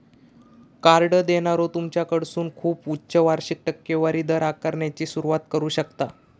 card देणारो तुमच्याकडसून खूप उच्च वार्षिक टक्केवारी दर आकारण्याची सुरुवात करू शकता